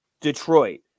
detroit